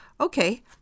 Okay